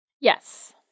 Yes